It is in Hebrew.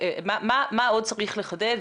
מה עוד צריך לחדד,